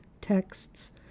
texts